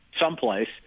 someplace